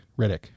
Riddick